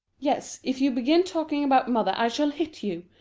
yes, if you begin talking about mother i shall hit you.